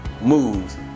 moves